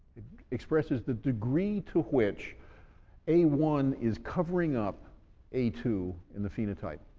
expresses the degree to which a one is covering up a two in the phenotype.